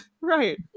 right